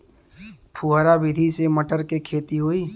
फुहरा विधि से मटर के खेती होई